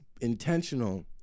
intentional